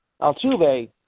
Altuve